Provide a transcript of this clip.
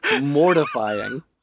Mortifying